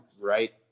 right